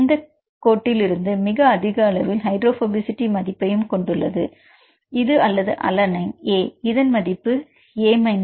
இந்த கான்டாக்ட்களை இருந்து மிக அதிக அளவில் ஹைடிராப்ஹோபிசிஐடி மதிப்பையும் கொண்டுள்ளது இது அல்லது அலனைன் A இதன் மதிப்பு என்ன